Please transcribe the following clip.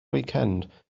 weekend